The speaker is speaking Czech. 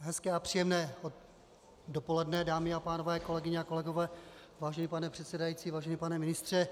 Hezké a příjemné dopoledne, dámy a pánové, kolegyně a kolegové, vážený pane předsedající, vážený pane ministře.